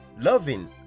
loving